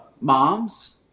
moms